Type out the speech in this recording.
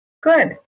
Good